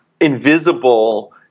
invisible